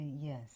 Yes